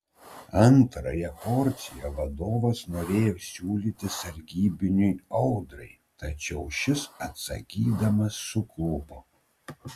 antrąją porciją vadovas norėjo įsiūlyti sargybiniui audrai tačiau šis atsakydamas suklupo